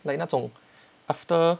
like 那种 after